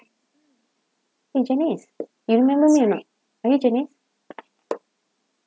!hey! janice you remember me or not are you janice